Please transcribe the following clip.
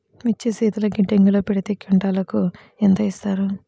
మిర్చి శీతల గిడ్డంగిలో పెడితే క్వింటాలుకు ఎంత ఇస్తారు?